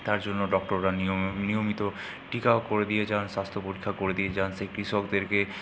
তার জন্য ডক্টররা নিয়ম নিয়মিত টিকাও করে দিয়ে যান স্বাস্থ্য পরীক্ষা করে দিয়ে যান সেই কৃষকদেরকে